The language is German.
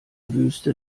wüste